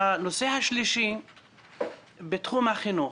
הנושא השלישי בתחום החינוך.